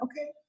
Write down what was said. Okay